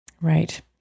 Right